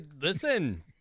Listen